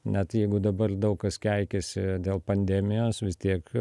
net jeigu dabar daug kas keikiasi dėl pandemijos vis tiek